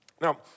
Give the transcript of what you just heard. Now